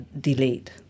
delayed